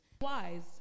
wise